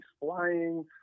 flying